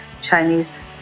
Chinese